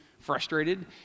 frustrated